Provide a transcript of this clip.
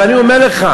ואני אומר לך,